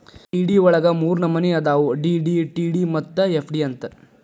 DD ವಳಗ ಮೂರ್ನಮ್ನಿ ಅದಾವು ಡಿ.ಡಿ, ಟಿ.ಡಿ ಮತ್ತ ಎಫ್.ಡಿ ಅಂತ್